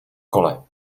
kole